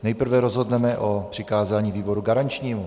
Nejprve rozhodneme o přikázání výboru garančnímu.